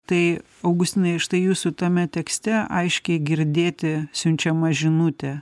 tai augustinai štai jūsų tame tekste aiškiai girdėti siunčiama žinutė